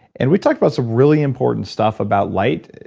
and we talked about some really important stuff about light.